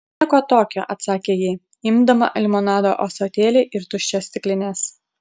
nieko tokio atsakė ji imdama limonado ąsotėlį ir tuščias stiklines